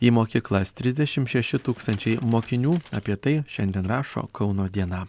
į mokyklas trisdešimt šeši tūkstančiai mokinių apie tai šiandien rašo kauno diena